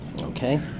Okay